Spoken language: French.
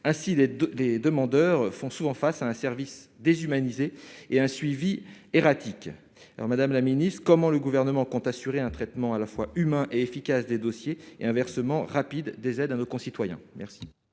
des 2 des demandeurs font souvent face à un service déshumanisé et un suivi erratique alors Madame la Ministre, comment le gouvernement compte assurer un traitement à la fois humain et efficace des dossiers et un versement rapide des aides à nos concitoyens,